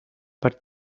but